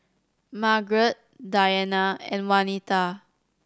Margret Dianna and Wanita